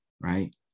right